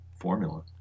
formula